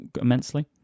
immensely